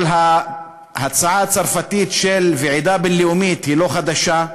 אבל ההצעה הצרפתית לוועידה בין-לאומית היא לא חדשה,